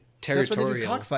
territorial